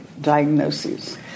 diagnoses